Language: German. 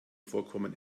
vorkommen